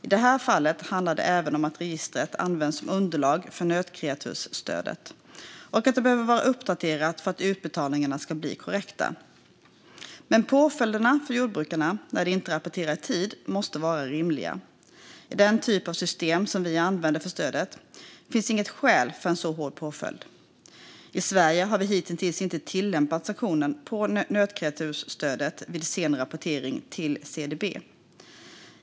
I det här fallet handlar det även om att registret används som underlag för nötkreatursstödet och att det behöver vara uppdaterat för att utbetalningarna ska bli korrekta. Påföljderna för jordbrukarna när de inte rapporterar i tid måste dock vara rimliga. I den typ av system som vi använder för stödet finns det inget skäl till en så hård påföljd. I Sverige har vi hittills inte tillämpat sanktionen på nötkreatursstödet vid sen rapportering till CDB.